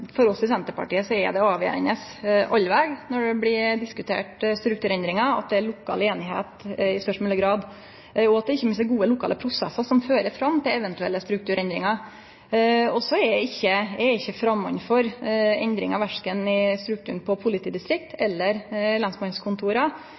For oss i Senterpartiet er det alltid avgjerande når det blir diskutert strukturendringar, at det er lokal einigheit i størst mogleg grad, og at det ikkje minst er gode lokale prosessar som fører fram til eventuelle strukturendringar. Eg er ikkje framand for endringar i strukturen